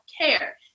care